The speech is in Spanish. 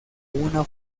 una